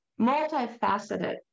multifaceted